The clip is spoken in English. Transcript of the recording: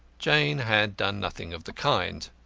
jane had done nothing of the kind.